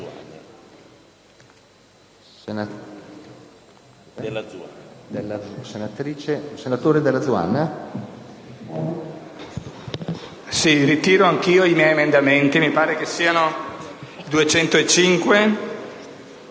senatore Dalla Zuanna.